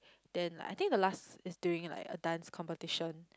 then like I think the last is during like a dance competition